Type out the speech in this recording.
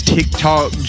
TikTok